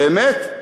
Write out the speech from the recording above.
באמת?